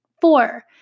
Four